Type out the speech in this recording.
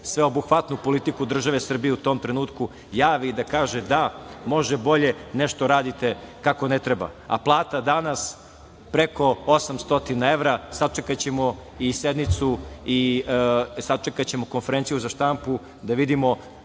ekonomsku politiku države Srbije u tom trenutku javi i da kaže da, može bolje, nešto radite kako ne treba, a plate danas preko 800 evra. sačekaćemo i sednicu i sačekaćemo konferenciju za štampu da vidimo